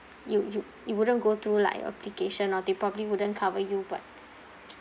you you you wouldn't go through like application or they probably wouldn't cover you but